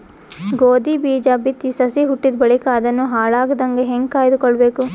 ಗೋಧಿ ಬೀಜ ಬಿತ್ತಿ ಸಸಿ ಹುಟ್ಟಿದ ಬಳಿಕ ಅದನ್ನು ಹಾಳಾಗದಂಗ ಹೇಂಗ ಕಾಯ್ದುಕೊಳಬೇಕು?